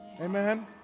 Amen